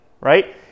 Right